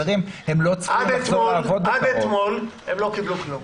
עד אתמול הם לא קיבלו כלום.